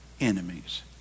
enemies